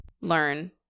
learn